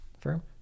firm